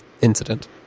incident